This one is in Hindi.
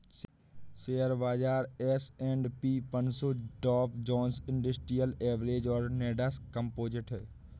शेयर बाजार एस.एंड.पी पनसो डॉव जोन्स इंडस्ट्रियल एवरेज और नैस्डैक कंपोजिट है